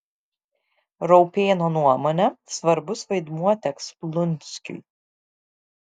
raupėno nuomone svarbus vaidmuo teks lunskiui